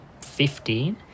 fifteen